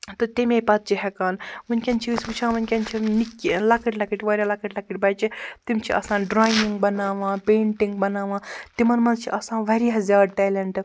تہٕ تٔمے پَتہٕ چھُ ہیٚکان وُنٛکیٚن چھِ أسۍ وُچھان وُنٛکیٚن چھِ نِکۍ ٲں لۄکٕٹۍ لۄکٕٹۍ واریاہ لۄکٕٹۍ لۄکٹۍ بَچہِ تِم چھِ آسان ڈرٛایِنٛگ بَناوان پینٹِنٛگ بَناوان تِمَن مَنٛز چھُ آسان واریاہ زیادٕ ٹیلیٚنٹ